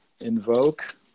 invoke